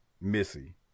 Missy